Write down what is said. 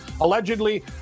allegedly